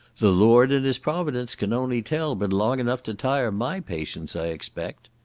the lord in his providence can only tell, but long enough to tire my patience, i expect.